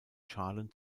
schalen